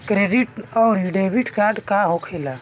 Credit आउरी debit card का होखेला?